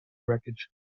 wreckage